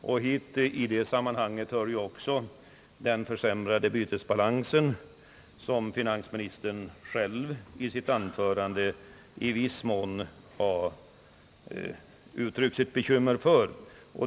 Till detta sammanhang hör också den försämrade bytesbalansen, som finansministern själv i sitt anförande i viss mån har uttryckt bekymmer för.